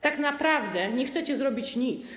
Tak naprawdę nie chcecie zrobić nic.